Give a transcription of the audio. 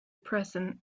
present